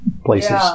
places